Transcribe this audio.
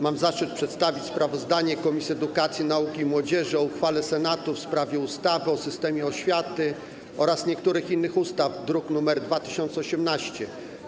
Mam zaszczyt przedstawić sprawozdanie Komisji Edukacji, Nauki i Młodzieży o uchwale Senatu w sprawie ustawy o zmianie ustawy o systemie oświaty oraz niektórych innych ustaw, druk nr 2218.